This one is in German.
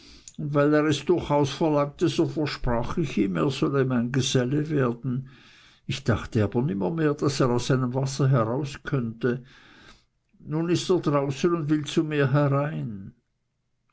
weil er es durchaus verlangte so versprach ich ihm er sollte mein geselle werden ich dachte aber nimmermehr daß er aus seinem wasser heraus könnte nun ist er draußen und will zu mir herein